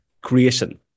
creation